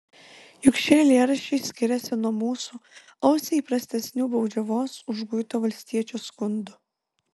juk šie eilėraščiai skiriasi nuo mūsų ausiai įprastesnių baudžiavos užguito valstiečio skundų